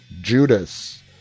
Judas